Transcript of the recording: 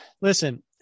listen